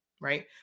right